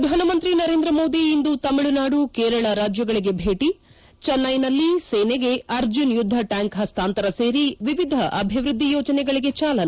ಪ್ರಧಾನಮಂತ್ರಿ ನರೇಂದ್ರ ಮೋದಿ ಇಂದು ತಮಿಳುನಾಡು ಕೇರಳ ರಾಜ್ದಗಳಿಗೆ ಭೇಟಿ ಚೆನ್ನೈನಲ್ಲಿ ಸೇನೆಗೆ ಅರ್ಜುನ್ ಯುದ್ದ ಟ್ಯಾಂಕ್ ಹಸ್ತಾಂತರ ಸೇರಿ ವಿವಿಧ ಅಭಿವೃದ್ದಿ ಯೋಜನೆಗಳಗೆ ಚಾಲನೆ